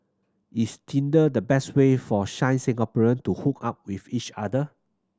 is Tinder the best way for shy Singaporean to hook up with each other